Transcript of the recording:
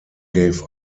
gave